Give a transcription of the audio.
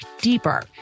deeper